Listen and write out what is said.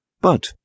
But—